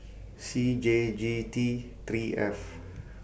C J G T three F